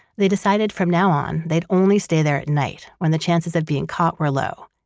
they decided from now on, they'd only stay there at night when the chances of being caught were low,